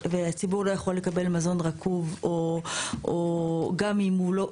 והציבור לא יכול לקבל מזון רקוב או גם אם הוא לא,